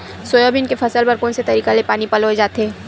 Soybean के फसल बर कोन से तरीका ले पानी पलोय जाथे?